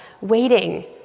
waiting